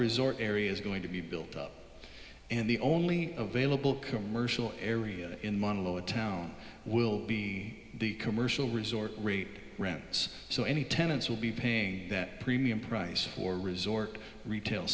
resort area is going to be built up and the only available commercial area in monaco a town will be the commercial resort rate rents so any tenants will be paying that premium price for resort retail